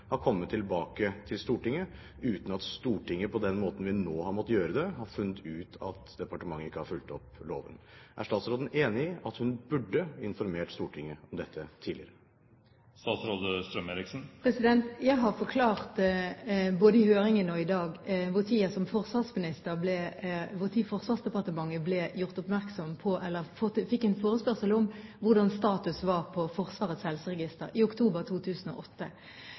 kommet tilbake til Stortinget, uten at Stortinget, på den måten vi nå har måttet gjøre det, måtte ha funnet ut at departementet ikke har fulgt opp loven. Er statsråden enig i at hun burde informert Stortinget om dette tidligere? Jeg har forklart både i høringen og i dag når Forsvarsdepartementet fikk en forespørsel om status for Forsvarets helseregister, i oktober 2008, at Forsvarsdepartementet gjorde henvendelser til Forsvaret, og at vi prøvde å finne ut av om